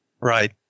Right